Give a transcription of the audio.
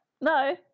No